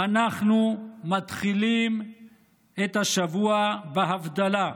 אנחנו מתחילים את השבוע בהבדלה,